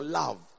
love